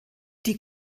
die